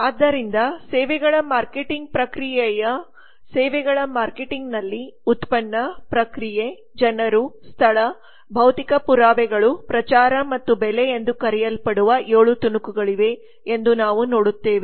ಆದ್ದರಿಂದ ಸೇವೆಗಳ ಮಾರ್ಕೆಟಿಂಗ್ ಪ್ರಕ್ರಿಯೆಯು ಸೇವೆಗಳ ಮಾರ್ಕೆಟಿಂಗ್ನಲ್ಲಿ ಉತ್ಪನ್ನ ಪ್ರಕ್ರಿಯೆ ಜನರು ಸ್ಥಳ ಭೌತಿಕ ಪುರಾವೆಗಳು ಪ್ರಚಾರ ಮತ್ತು ಬೆಲೆ ಎಂದು ಕರೆಯಲ್ಪಡುವ 7 ತುಣುಕುಗಳಿವೆ ಎಂದು ನಾವು ನೋಡುತ್ತೇವೆ